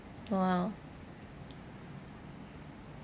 !wow!